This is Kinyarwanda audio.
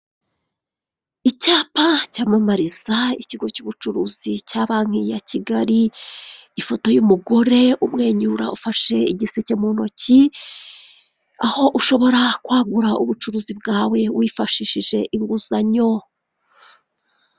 Icyapa cyamamariza ikigo cy'ubucuruzi cya banki ya Kigali, ifoto y'umugore umwenyura ufashe igiseke mu ntoki aho ushobora kwagura ubucuruzi bwawe wifashishije inguzanyo.